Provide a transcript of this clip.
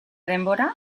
denbora